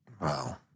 Wow